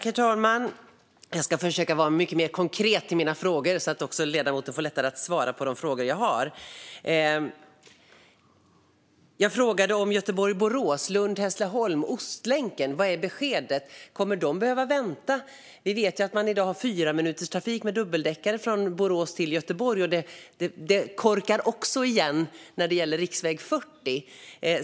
Herr talman! Jag ska försöka vara mycket mer konkret i mina frågor så att ledamoten får lättare att svara på de frågor jag har. Jag frågade om Göteborg-Borås, Lund-Hässleholm och Ostlänken. Vad är beskedet? Kommer de att behöva vänta? Vi vet ju att man i dag har fyraminuterstrafik med dubbeldäckare från Borås till Göteborg. Det korkar också igen när det gäller riksväg 40.